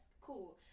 cool